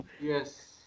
Yes